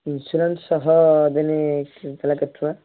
insurance ସହ ମାନେ ହେଲା କେତେ ଟଙ୍କା